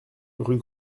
rue